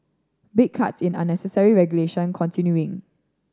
big cuts in unnecessary regulation continuing